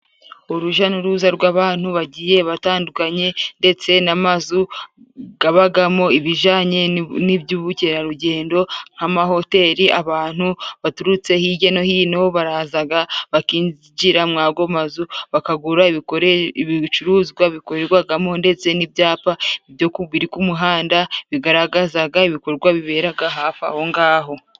Urujya n'uruza rw'abantu bagiye batandukanye, ndetse n'amazu abamo ibijyanye n'iby'ubukerarugendo, nk'amahoteli abantu baturutse hirya no hino baraza bakinjira muri ayo mazu bakagura ibicuruzwa bikorerwamo, ndetse n'ibyapa ibyo kumuhanda bigaragaza ibikorwa bibera hafi aho ngaho.